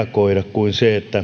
kuin jos